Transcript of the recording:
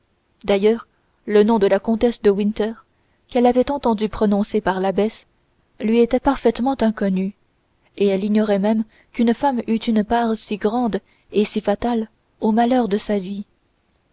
d'ailleurs le nom de la comtesse de winter qu'elle avait entendu prononcer par l'abbesse lui était parfaitement inconnu et elle ignorait même qu'une femme eût eu une part si grande et si fatale aux malheurs de sa vie